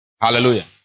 Hallelujah